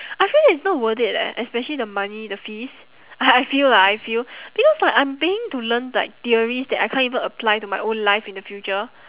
I feel that it's not worth it leh especially the money the fees I feel lah I feel because like I'm paying to learn like theories that I can't even apply to my own life in the future